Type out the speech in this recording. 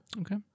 Okay